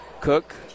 Cook